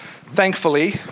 thankfully